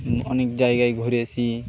অনেক জায়গায় ঘুরেছি